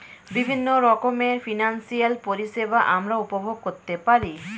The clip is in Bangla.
বিভিন্ন রকমের ফিনান্সিয়াল পরিষেবা আমরা উপভোগ করতে পারি